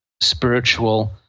spiritual